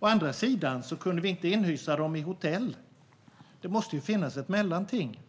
Men vi kunde ju inte inhysa dem på hotell. De måste finnas ett mellanting.